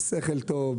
בשכל טוב,